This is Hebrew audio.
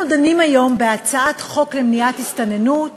אנחנו דנים היום בהצעת חוק למניעת הסתננות